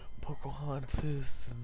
Pocahontas